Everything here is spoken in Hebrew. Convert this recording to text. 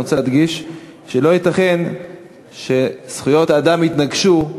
אני רוצה להדגיש שלא ייתכן שזכויות האדם יתנגשו,